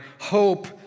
hope